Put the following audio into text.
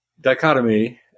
dichotomy